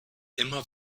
immer